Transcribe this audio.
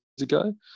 ago